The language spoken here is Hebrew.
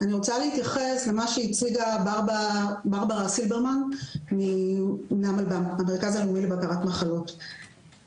אני רוצה להתייחס למה שהציגה ברברה סילברמן מהמרכז הלאומי לבקרת מחלות,